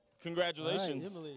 Congratulations